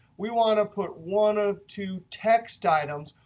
we want to put one or two text items,